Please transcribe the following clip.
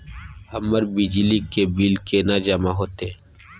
हमर बिजली के बिल केना जमा होते?